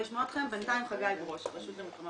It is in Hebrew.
בינתיים חגי ברוש מהרשות למלחמה